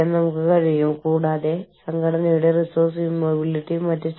അതിനാൽ എങ്ങനെയാണ് ഒരാളെ ഒരു സജീവ ഹെഡ്കൌണ്ടിൽ ഉൾപ്പെടുത്തുക